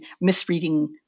misreading